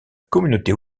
communauté